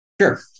Sure